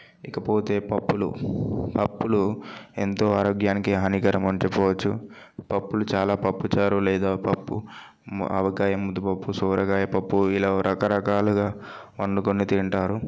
ఇక పోతే పప్పులు పప్పులు ఎంతో ఆరోగ్యానికి హానికరం అని చెప్పవచ్చు పప్పులు చాలా పప్పుచారు లేదా పప్పు ఆవకాయ ముద్దపప్పు సోరకాయ పప్పు ఇలా రకరకాలుగా వండుకొని తింటారు